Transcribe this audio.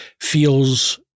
feels